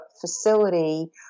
facility